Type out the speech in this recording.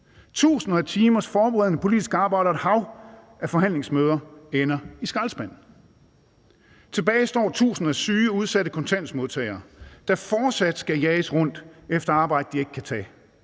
tusinder af timers forberedende politisk arbejde og et hav af forhandlingsmøder ender i skraldespanden. Tilbage står tusinder af syge, udsatte kontanthjælpsmodtagere, der fortsat skal jages rundt efter arbejde, de ikke kan tage.